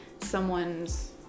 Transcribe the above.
someone's